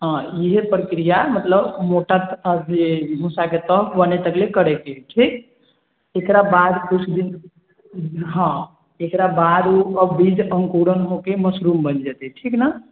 हँ ईहे प्रक्रिया मतलब मोटा भूसा के टब बनै तकले करै के अइ ठीक एकराबाद कुछ दिन हँ एकराबाद ओ बीज अंकुरण होके मशरूम बनि जेतै ठीक न